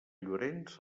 llorenç